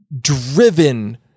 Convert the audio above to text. driven